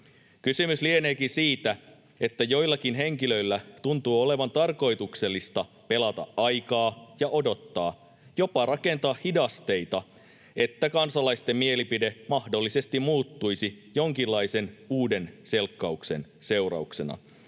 Kysymys lieneekin siitä, että joillekin henkilöille tuntuu olevan tarkoituksellista pelata aikaa ja odottaa, ja jopa rakentaa hidasteita, että kansalaisten mielipide mahdollisesti muuttuisi jonkinlaisen uuden selkkauksen seurauksena.